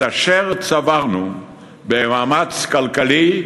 כמו כן, את אשר צברנו במאמץ כלכלי,